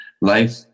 life